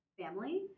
family